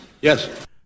Yes